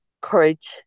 courage